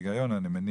אני לא יודע.